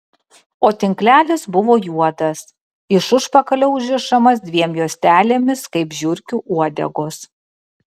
o tinklelis buvo juodas iš užpakalio užrišamas dviem juostelėmis kaip žiurkių uodegos